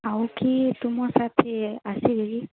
ଆଉ କିଏ ତୁମ ସାଥିରେ ଆସିବେ କି